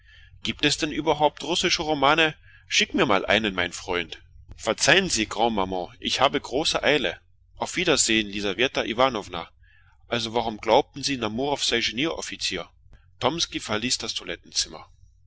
gibt es denn etwa russische romane schick sie väterchen bitte schick sie mir und nun verzeihen sie grand maman ich habe eile verzeihen sie lisaweta iwanowna warum glaubten sie denn daß narumoff ein ingenieur wäre tomski verließ das